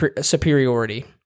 superiority